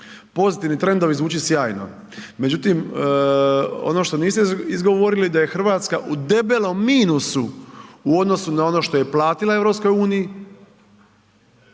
Pozitivni trendovi zvuči sjajno, međutim ono što niste izgovorili da je Hrvatska u debelom minusu u odnosu na ono što je platila EU,